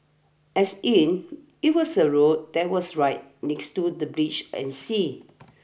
as in it was a road that was right next to the breach and sea